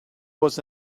was